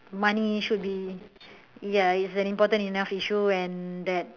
money should be ya it's an important enough issue and that